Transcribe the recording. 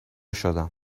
شدم